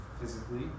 physically